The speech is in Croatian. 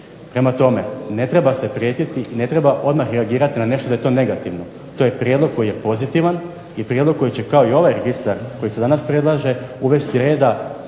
Prema tome, ne treba se prijetiti i ne treba odmah reagirati na nešto da je to negativno. To je prijedlog koji je pozitivan i prijedlog koji će kao i ovaj registar koji se danas predlaže uvesti reda